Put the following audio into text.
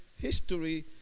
history